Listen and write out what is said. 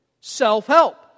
Self-Help